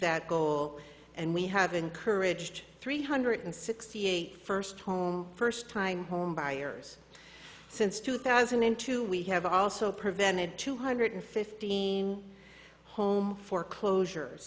that goal and we have encouraged three hundred sixty eight first home first time home buyers since two thousand and two we have also prevented two hundred fifteen home foreclosures